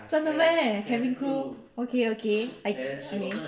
真的 meh cabin crew okay okay I okay